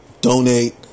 donate